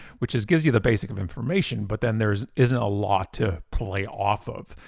which just gives you the basic of information, but then there isn't a lot to play off of.